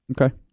Okay